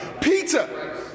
Peter